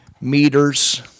meters